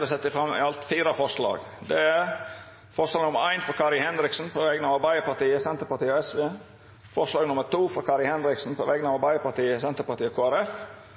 det sett fram i alt fire forslag. Det er forslag nr. 1, frå Kari Henriksen på vegner av Arbeidarpartiet, Senterpartiet og Sosialistisk Venstreparti forslag nr. 2, frå Kari Henriksen på vegner av